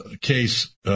case